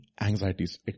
anxieties